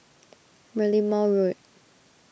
Merlimau Road